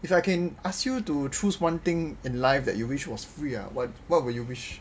if I can ask you to choose one thing in life that you wish was free ah what what would you wish